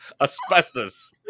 asbestos